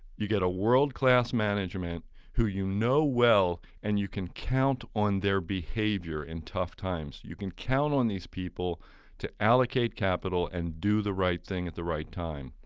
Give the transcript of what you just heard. you get a world-class management who you know well and you can count on their behavior in tough times. you can count on these people to allocate capital and do the right thing at the right time.